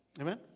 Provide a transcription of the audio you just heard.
Amen